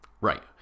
Right